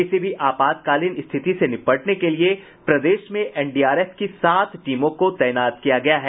किसी भी आपातकालीन स्थिति से निपटने के लिए प्रदेश में एनडीआरएफ की सात टीमों को तैनात किया गया है